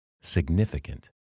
significant